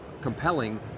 compelling